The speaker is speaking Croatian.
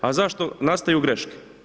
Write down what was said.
A zašto nastaju greške?